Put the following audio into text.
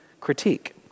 critique